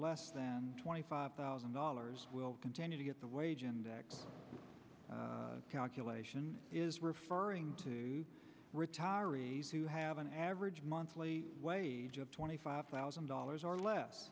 less than twenty five thousand dollars will continue to get the wage and the calculation is referring to retiree's who have an average monthly wage of twenty five thousand dollars or less